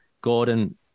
Gordon